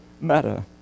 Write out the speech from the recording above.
matter